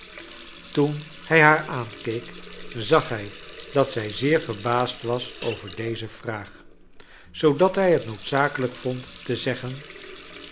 toen hij haar aankeek zag hij dat zij zeer verbaasd was over deze vraag zoodat hij het noodzakelijk vond te zeggen